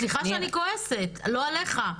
סליחה שאני כועסת לא עליך.